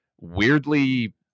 weirdly